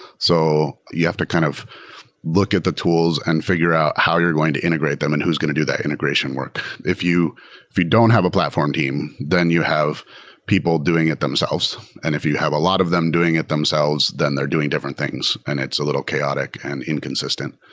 so you have to kind of look at the tools and figure out how you're going to integrate them and who's going to do that integration work. if you if you don't have a platform team, then you have people doing it themselves. if you have a lot of them doing it themselves, then they're doing different things, and it's a little chaotic and inconsistent.